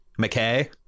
McKay